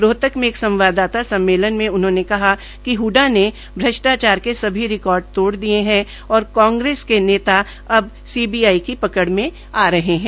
रोहतक में एक संवाददाता सम्मेलन में कहा कि हडा ने श्रष्टाचार के सभी रिकार्ड तोड़ दिये और कांग्रेस के नेता अब सीबीआई को पकड़ में आ रहे है